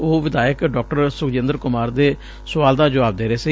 ਉਹ ਵਿਧਾਇਕ ਡਾਕਟਰ ਸੁਖਜਿੰਦਰ ਕੁਮਾਰ ਦੇ ਸੁਆਲ ਦਾ ਜੁਆਬ ਦੇ ਰਹੇ ਸੀ